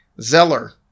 Zeller